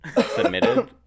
submitted